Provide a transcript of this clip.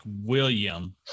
William